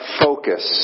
focus